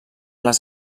les